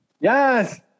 Yes